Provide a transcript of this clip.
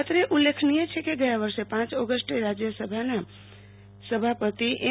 અત્રે ઉલ્લેખનીય છે કે ગયા વર્ષે પાંચ ઓગસ્ટે રાજ્યસભાના સભાપતિ એમ